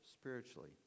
spiritually